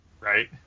Right